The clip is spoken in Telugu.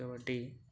కాబట్టి